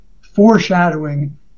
foreshadowing